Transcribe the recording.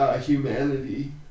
humanity